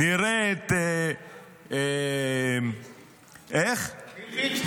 נראה את אה --- מלביצקי.